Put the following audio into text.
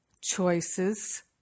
choices